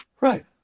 Right